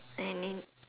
then you need